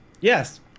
yes